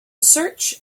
search